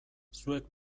zuek